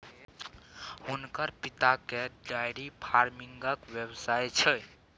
हुनकर पिताकेँ डेयरी फार्मिंगक व्यवसाय छै